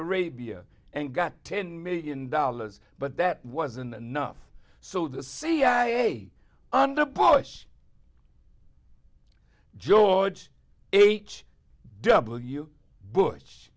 arabia and got ten million dollars but that wasn't enough so the cia under bush george h w bush